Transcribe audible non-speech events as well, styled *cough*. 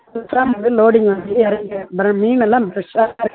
புதுசாக வந்து லோடிங் வந்து இறங்கிருக்கு மேடம் மீனெல்லாம் ஃப்ரெஷ்ஷாக *unintelligible*